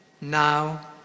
now